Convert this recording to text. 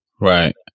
Right